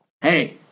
Hey